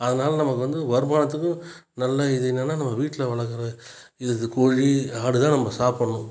அதனால் நமக்கு வந்து வருமானத்துக்கும் நல்ல இது என்னென்னா வீட்டில் வளர்க்குற இது கோழி ஆடு தான் நம்ம சாப்பிட்னும்